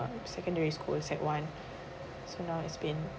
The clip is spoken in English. secondary school sec one so now it's been